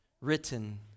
written